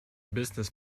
business